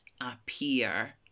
appear